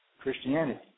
Christianity